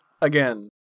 again